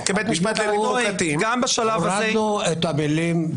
ישב כבית משפט לעניינים חוקתיים --- הורדנו את המילים: